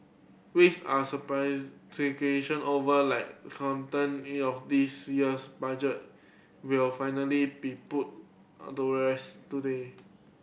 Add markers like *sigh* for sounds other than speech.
weeks are surprise *unintelligible* over like content it of this year's budget will finally be put *unintelligible* rest today